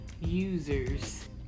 users